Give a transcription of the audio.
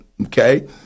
okay